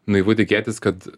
naivu tikėtis kad